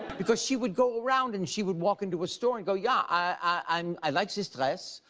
because she would go around and she would walk into a store and go, yeah, i um i like this dress.